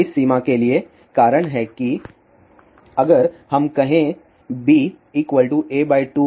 इस सीमा के लिए कारण है कि अगर हम कहे b a2है